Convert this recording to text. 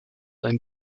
ein